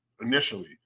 initially